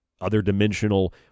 other-dimensional